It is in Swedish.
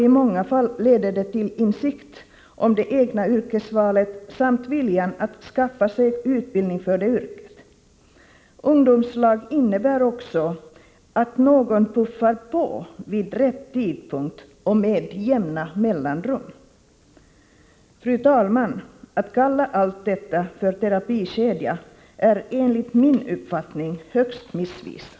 I många fall leder den till insikt om det egna yrkesvalet samt vilja till att skaffa sig utbildning för det yrket. Ungdomslag innebär också att någon puffar på vid rätt tidpunkt och med jämna mellanrum. Fru talman! Att kalla allt detta för terapikedja är enligt min uppfattning högst missvisande.